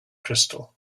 crystal